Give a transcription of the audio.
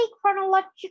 chronological